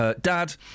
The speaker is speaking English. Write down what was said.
dad